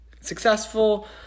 successful